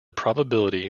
probability